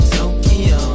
Tokyo